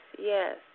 yes